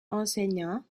enseignant